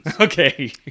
Okay